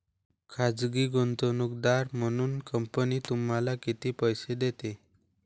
खाजगी गुंतवणूकदार म्हणून कंपनी तुम्हाला किती पैसे देते?